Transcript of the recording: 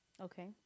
Okay